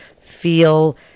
feel